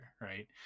right